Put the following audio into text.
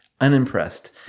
unimpressed